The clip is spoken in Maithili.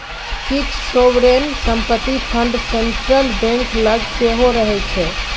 किछ सोवरेन संपत्ति फंड सेंट्रल बैंक लग सेहो रहय छै